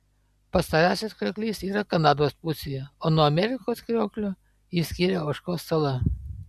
pastarasis krioklys yra kanados pusėje o nuo amerikos krioklio jį skiria ožkos sala